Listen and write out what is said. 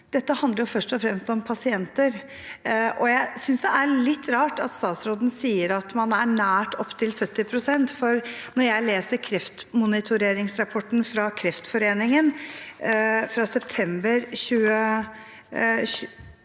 dette handler først og fremst om pasienter. Jeg synes det er litt rart at statsråden sier at man er nært opptil 70 pst., for når jeg leser kreftmonitoreringsrapporten fra Kreftforeningen fra andre tertial 2023,